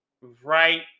right